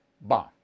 bomb